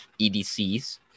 EDCs